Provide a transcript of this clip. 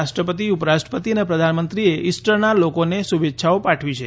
રાષ્ટ્રપતિ ઉપરાષ્ટ્રપતિ અને પ્રધાનમંત્રીએ ઇસ્ટરના લોકોને શુલેચ્છાઓ પાઠવી છે